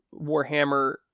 Warhammer